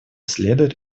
следует